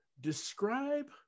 describe